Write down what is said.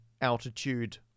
altitude